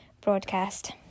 broadcast